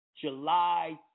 July